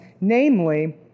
Namely